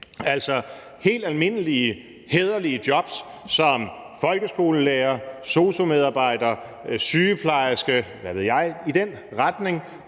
Helt almindelige, hæderlige jobs som folkeskolelærer, sosu-medarbejder, sygeplejerske, hvad ved jeg – i den retning;